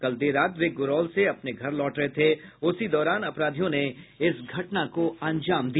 कल देर रात वे गोरौल से अपने घर लौट रहे थे उसी दौरान अपराधियों ने इस घटना को अंजाम दिया